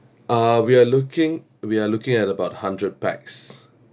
ah we are looking we are looking at about hundred pax